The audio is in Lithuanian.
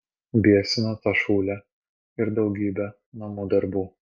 biesina ta šūlė ir daugybė namų darbų